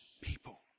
people